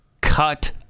cut